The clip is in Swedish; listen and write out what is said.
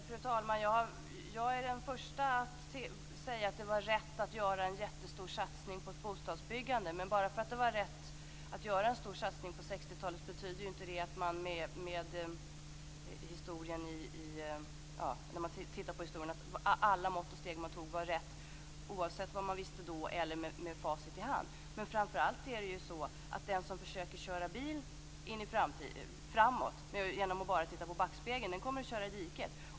Fru talman! Jag är den första att säga att det var rätt att göra en jättestor satsning på bostadsbyggande. Men att det var rätt att göra en stor satsning på 60 talet betyder inte att man med facit i hand kan säga att alla mått och steg man tog var riktiga. Den som försöker köra bil framåt genom att bara titta i backspegeln kommer att köra i diket.